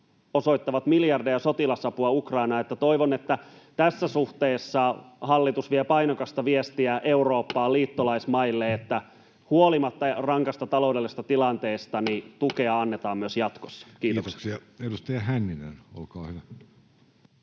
osoittavat miljardeja sotilasapua Ukrainaan? Toivon, että tässä suhteessa hallitus vie painokasta viestiä Eurooppaan liittolaismaille, että huolimatta rankasta taloudellisesta tilanteesta tukea annetaan myös jatkossa. — Kiitoksia. Kiitoksia. — Edustaja Hänninen, olkaa hyvä.